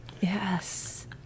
yes